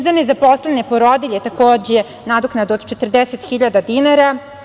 Za nezaposlene porodilje, takođe, nadoknada od 40.000 dinara.